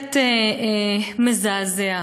בהחלט מזעזע.